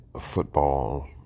football